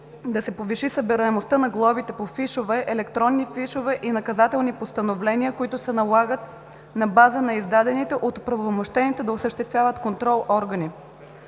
да се повиши събираемостта на глобите по фишове, електронни фишове и наказателни постановления, които се налагат на база на издадените от оправомощените да осъществяват контрол органи,